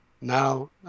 Now